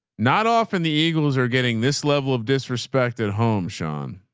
not often the eagles are getting this level of disrespect at home. sean.